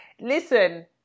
Listen